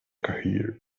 career